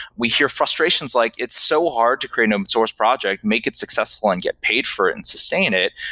we hear frustrations like it's so hard to create an open um source project, make it successful and get paid for it and sustain it.